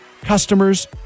Customers